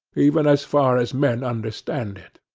even as far as men understand it.